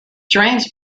drains